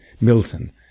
Milton